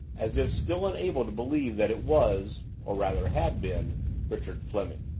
as if still unable to believe that it was or rather had been richard fleming.